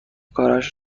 کارش